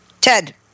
Ted